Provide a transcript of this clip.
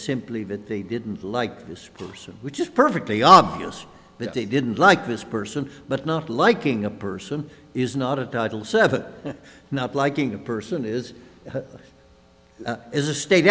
simply that they didn't like this person which is perfectly obvious that they didn't like this person but not liking a person is not a title seven not liking a person is is a state